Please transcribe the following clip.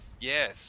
Yes